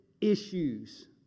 issues